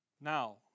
Now